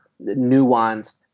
nuanced